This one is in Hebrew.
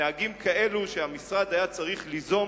נהגים כאלו, שהמשרד היה צריך ליזום